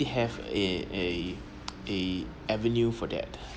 have a a a avenue for that